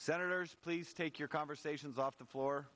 senators please take your conversations off the floor